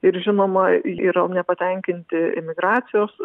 ir žinoma yra nepatenkinti imigracijos